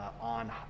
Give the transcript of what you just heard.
on